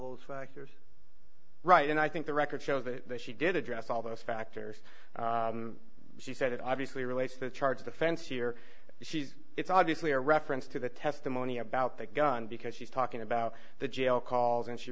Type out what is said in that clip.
those factors right and i think the record shows she did address all those factors she said it obviously relates the charge of the fence here she is obviously a reference to the testimony about the gun because she's talking about the jail calls